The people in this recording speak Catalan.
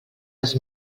dels